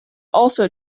also